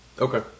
Okay